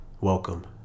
Welcome